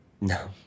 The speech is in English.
No